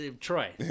Troy